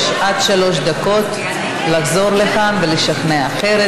יש לך עד שלוש דקות לחזור לכאן ולשכנע אחרת.